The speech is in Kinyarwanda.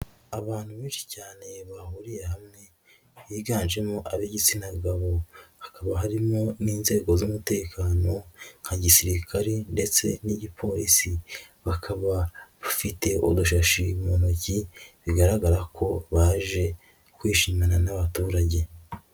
Abantu benshi cyane bahuriye hamwe biganjemo ab'igitsina gabo hakaba harimo n'inzego z'umutekano nka gisirikari ndetse n'igiporisi, bakaba bafite udushashi mu ntoki bigaragara ko baje kwishimana n'abaturage.